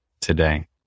today